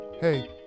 Hey